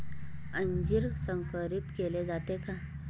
अंजीर संकरित केले जाते का?